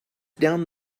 down